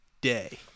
day